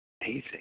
Amazing